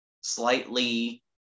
slightly